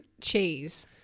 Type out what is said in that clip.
cheese